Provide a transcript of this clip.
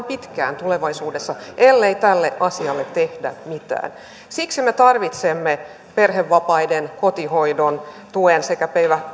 pitkään tulevaisuudessa ellei tälle asialle tehdä mitään siksi me tarvitsemme perhevapaiden kotihoidon tuen sekä